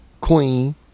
Queen